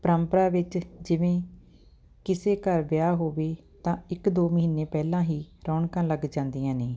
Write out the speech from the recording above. ਪਰੰਪਰਾ ਵਿੱਚ ਜਿਵੇਂ ਕਿਸੇ ਘਰ ਵਿਆਹ ਹੋਵੇ ਤਾਂ ਇੱਕ ਦੋ ਮਹੀਨੇ ਪਹਿਲਾਂ ਹੀ ਰੌਣਕਾਂ ਲੱਗ ਜਾਂਦੀਆਂ ਨੇ